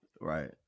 right